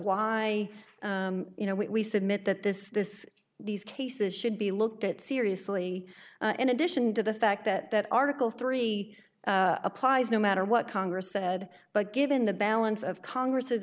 why you know we submit that this this these cases should be looked at seriously in addition to the fact that that article three applies no matter what congress said but given the balance of congress has